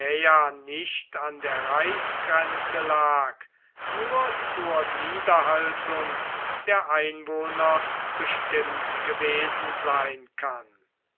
nicht an der reichsgrenze lag nur zur niederhaltung der einwohner bestimmt gewesen sein kann